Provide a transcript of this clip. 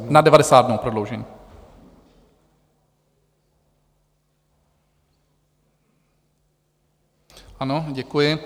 Na 90 dnů prodloužení, ano, děkuji.